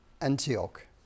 Antioch